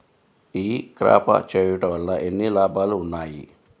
ఈ క్రాప చేయుట వల్ల ఎన్ని లాభాలు ఉన్నాయి?